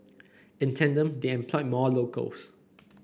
in tandem they employed more locals